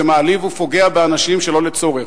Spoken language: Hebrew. זה מעליב ופוגע באנשים שלא לצורך.